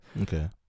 Okay